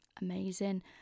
amazing